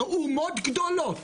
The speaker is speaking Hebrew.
אומות גדולות,